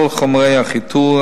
כל חומרי החיטוי,